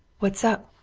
what's up?